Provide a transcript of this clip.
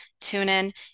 TuneIn